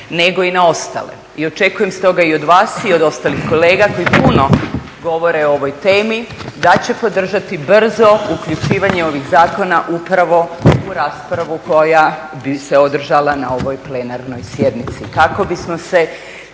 nego i na ostale i očekujem stoga i od vas i od ostalih kolega koji puno govore o ovoj temi da će podržati brzo uključivanje ovih zakona upravo u raspravu koja bi se održala na ovoj plenarnoj sjednici